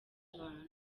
abantu